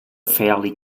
fairly